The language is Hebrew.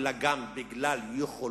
אלא גם בגלל יכולותיו.